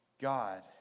God